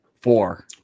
Four